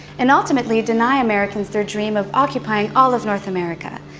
and ultimately deny americans their dream of occupying all of north america.